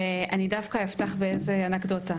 ואני דווקא אפתח באיזה אנקדוטה,